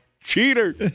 cheater